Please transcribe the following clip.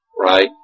right